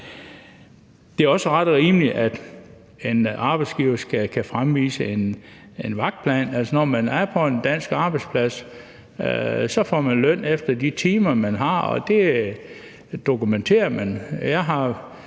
Det er også ret og rimeligt, at en arbejdsgiver skal kunne fremvise en vagtplan. Altså, når man er på en dansk arbejdsplads, får man løn efter de timer, man har, og det dokumenterer man.